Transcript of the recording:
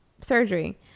surgery